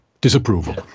disapproval